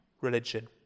religion